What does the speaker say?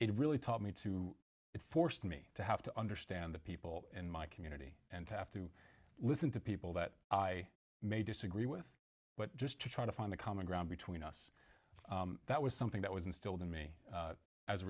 it really taught me to it forced me to have to understand the people in my community and have to listen to people that i may disagree with but just to try to find the common ground between us that was something that was instilled in me as a